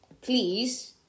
please